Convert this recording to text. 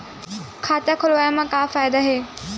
खाता खोलवाए मा का फायदा हे